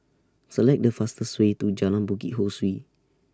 Select The fastest Way to Jalan Bukit Ho Swee